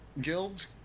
guilds